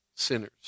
sinners